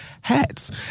hats